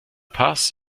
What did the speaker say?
paz